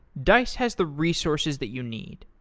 dice has the resources that you need.